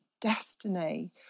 destiny